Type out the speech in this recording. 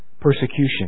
persecution